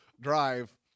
drive